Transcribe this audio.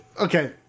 okay